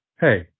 Hey